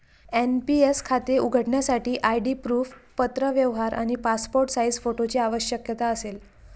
NPS खाते उघडण्यासाठी ID proof, पत्रव्यवहार आणि पासपोर्ट साइज फोटोची आवश्यकता असेल